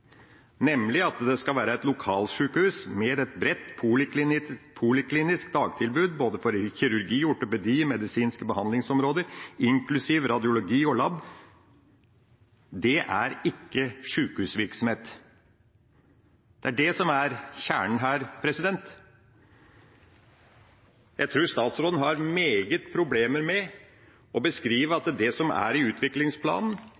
nemlig at det skal være et lokalsykehus med «et bredt poliklinisk dagtilbud både for kirurgi, ortopedi og medisinske behandlingsområder, inklusiv radiologi og lab», ikke er sykehusvirksomhet. Det er det som er kjernen her. Jeg tror statsråden har store problemer med å beskrive